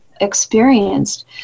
experienced